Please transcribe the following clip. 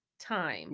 time